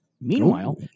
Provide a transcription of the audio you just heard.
Meanwhile